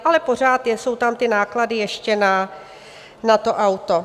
Ale pořád jsou tam ty náklady ještě na to auto.